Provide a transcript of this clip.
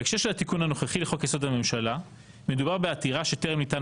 בהקשר של התיקון הנוכחי לחוק יסוד: הממשלה מדובר בעתירה שטרם ניתן